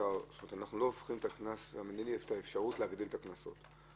שאנחנו לא הופכים את האפשרות להגדיל את הקנסות המינהליים.